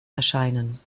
erscheinen